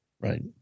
right